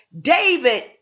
David